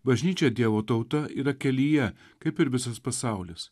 bažnyčia dievo tauta yra kelyje kaip ir visas pasaulis